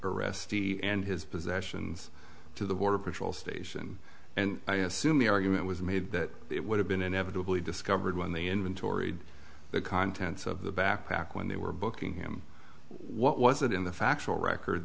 arrestee and his possessions to the border patrol station and i assume the argument was made that it would have been inevitably discovered when the inventory the contents of the backpack when they were booking him what was it in the factual record